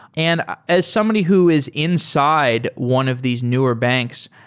and ah as somebody who is inside one of these newer banks,